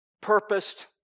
purposed